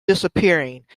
disappearing